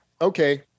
Okay